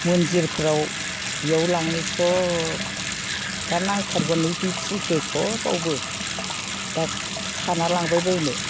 मन्दिरफ्राव बियाव लाङो सब दा नांथारगौ नै बे फुलखौ सबावबो दा खानानै लांबाय बायनो